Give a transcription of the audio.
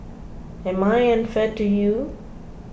am I unfair to you